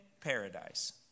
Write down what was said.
paradise